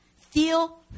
feel